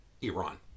Iran